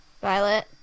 Violet